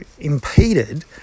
impeded